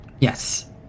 Yes